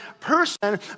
person